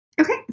Okay